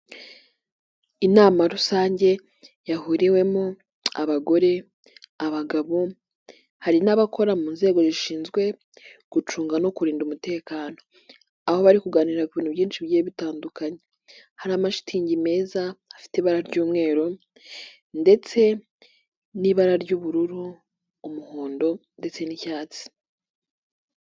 Inama rusange yahuriwemo: abagore, abagabo, hari n'abakora mu nzego zishinzwe gucunga no kurinda umutekano, aho bari kuganira ku bintu byinshi bigiye bitandukanye; hari amashitingi meza afite ibara ry'umweru ndetse n'ibara ry'ubururu, umuhondo ndetse n'icyatsi.